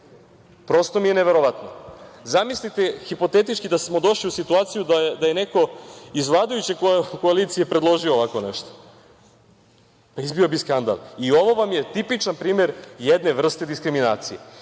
Prosto mi je neverovatno. Zamislite, hipotetički, da smo došli u situaciju da je neko iz vladajuće koalicije predložio ovako nešto. Pa, izbio bi skandal. Ovo vam je tipičan primer jedne vrste diskriminacije.